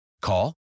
call